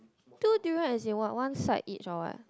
two durian as in what one side each or what